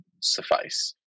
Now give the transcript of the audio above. suffice